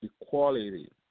equality